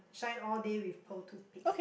shine all day with pearl toothpaste